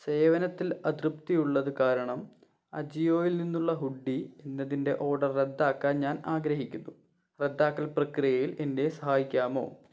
സേവനത്തിൽ അതൃപ്തിയുള്ളത് കാരണം അജിയോയിൽ നിന്നുള്ള ഹുഡ്ഡി എന്നതിൻറ്റെ ഓഡർ റദ്ദാക്കാൻ ഞാൻ ആഗ്രഹിക്കുന്നു റദ്ദാക്കൽ പ്രക്രിയയിൽ എന്നെ സഹായിക്കാമോ